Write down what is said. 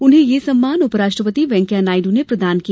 उन्हें यह सम्मान उपराष्ट्रपति वैंकेया नायडू ने प्रदान किया